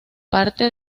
parte